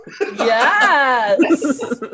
Yes